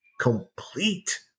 Complete